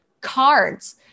Cards